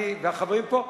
אני והחברים פה,